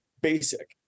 basic